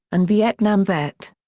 and vietnam vet.